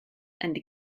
and